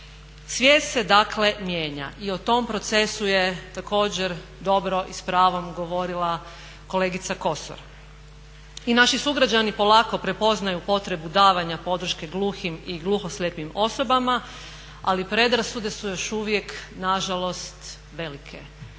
Svijest se dakle mijenja i o tom procesu je također dobro i s pravom govorila kolegica Kosor. I naši sugrađani polako prepoznaju potrebu davanja podrške gluhim i gluhoslijepim osobama ali predrasude su još uvijek nažalost velike,